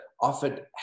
offered